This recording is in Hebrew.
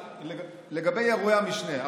לגבי אירועי המשנה,